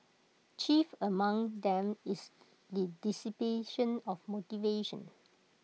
chief among them is the dissipation of motivation